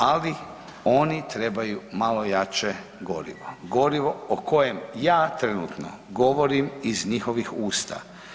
Ali, oni trebaju malo jače gorivo, gorivo o kojem ja trenutno govorim iz njihovih usta.